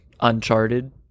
Uncharted